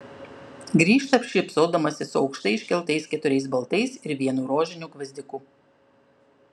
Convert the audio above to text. grįžta šypsodamasi su aukštai iškeltais keturiais baltais ir vienu rožiniu gvazdiku